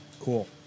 Cool